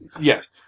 Yes